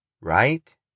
right